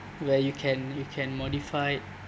where you can you can modify